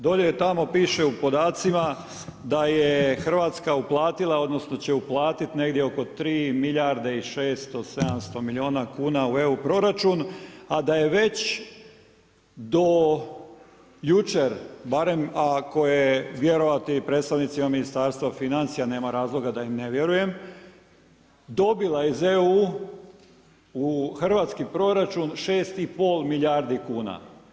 Dolje tamo piše u podacima da je Hrvatska uplatila, odnosno će uplatiti negdje oko 3 milijarde i 600, 700 milijuna kuna u EU proračun, a da je već do jučer barem ako je vjerovati predstavnicima Ministarstva financija, nema razloga da im ne vjerujem dobila iz EU u hrvatski proračun 6 i pol milijardi kuna.